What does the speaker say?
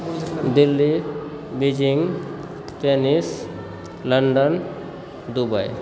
Delhi Beijing Paris London Dubai